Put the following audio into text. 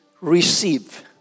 receive